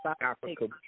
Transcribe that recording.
Africa